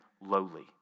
lowly